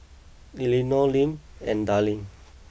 Elinor Lim and Darline